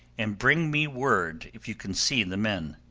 and bring me word if you can see the men.